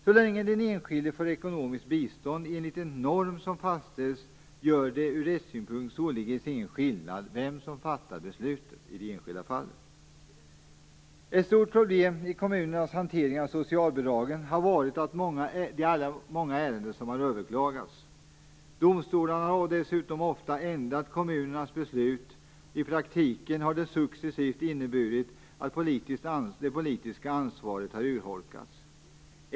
Så länge den enskilde får ekonomiskt bistånd enligt den norm som fastställts gör det ur rättssynpunkt således ingen skillnad vem som fattat beslutet i det enskilda fallet. Ett stort problem i kommunernas hantering av socialbidragen har varit de många ärenden som överklagats. Domstolarna har dessutom ofta ändrat kommunernas beslut. I praktiken har det successivt inneburit att det politiska ansvaret har urholkats.